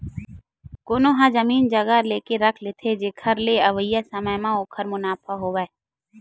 कोनो ह जमीन जघा लेके रख देथे, जेखर ले अवइया समे म ओखर मुनाफा होवय